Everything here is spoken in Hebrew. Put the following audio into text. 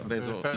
באזורי ביקוש.